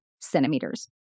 centimeters